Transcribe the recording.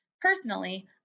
Personally